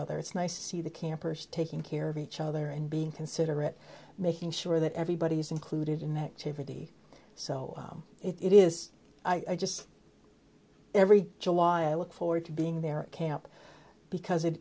other it's nice to see the campers taking care of each other and being considerate making sure that everybody is included in the activity so it is i just every july i look forward to being there camp because it